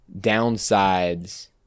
downsides